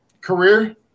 career